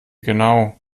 genau